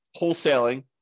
wholesaling